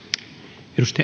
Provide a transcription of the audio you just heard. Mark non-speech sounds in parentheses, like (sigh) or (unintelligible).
arvoisa (unintelligible)